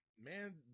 Man